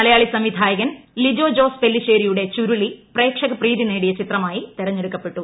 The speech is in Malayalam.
മലയാളി സംവിധായകൻ ലിജോ ജോസ് പെല്ലിശേരിയുടെ ചുരുളി പ്രേക്ഷക പ്രീതി നേടിയ ചിത്രമായി തെരഞ്ഞെടുക്കപ്പെട്ടു